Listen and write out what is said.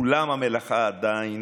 אולם המלאכה עדיין